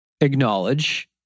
acknowledge